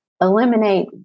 eliminate